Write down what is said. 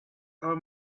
our